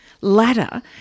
ladder